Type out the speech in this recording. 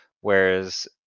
Whereas